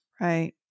Right